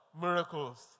miracles